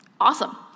Awesome